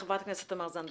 חברת הכנסת תמר זנדברג.